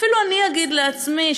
ואפילו אני אגיד לעצמי,